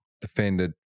defended